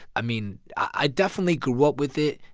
i mean, i definitely grew up with it.